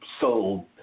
sold